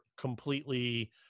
completely